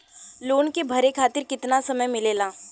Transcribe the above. Loan के भरे खातिर कितना समय मिलेला?